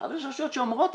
אבל יש רשויות שאומרות,